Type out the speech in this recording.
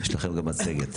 יש לכם גם מצגת.